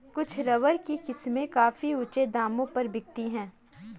कुछ रबर की किस्में काफी ऊँचे दामों पर बिकती है